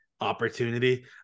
opportunity